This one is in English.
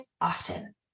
often